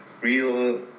real